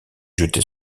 jeter